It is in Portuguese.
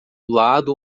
lado